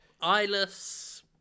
Eyeless